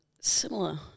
Similar